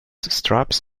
straps